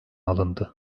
alındı